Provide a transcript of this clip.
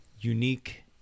unique